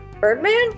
Birdman